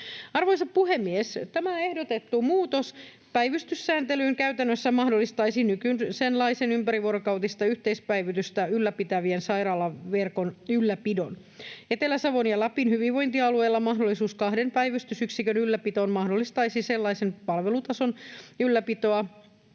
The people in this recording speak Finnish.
Arvoisa puhemies! Tämä ehdotettu muutos päivystyssääntelyyn käytännössä mahdollistaisi nykyisenlaisen ympärivuorokautista yhteispäivystystä ylläpitävien sairaalaverkon ylläpidon. Etelä-Savon ja Lapin hyvinvointialueilla mahdollisuus kahden päivystysyksikön ylläpitoon mahdollistaisi sellaisen palvelutason ylläpitoa